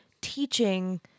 teaching